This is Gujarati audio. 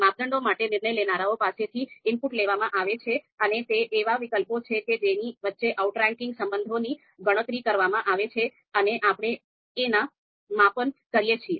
માપદંડો માટે નિર્ણય લેનારાઓ પાસેથી ઇનપુટ લેવામાં આવે છે અને તે એવા વિકલ્પો છે કે જેની વચ્ચે આઉટરેંકિંગ સંબંધોની ગણતરી કરવામાં આવે છે અને આપણે એના માપન કરીએ છીએ